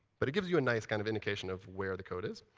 but it gives you a nice kind of indication of where the code is.